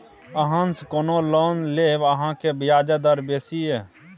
अहाँसँ कोना लोन लेब अहाँक ब्याजे दर बेसी यै